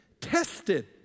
tested